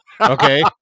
okay